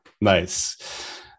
nice